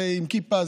זה עם כיפה,